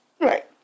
Right